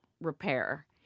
repair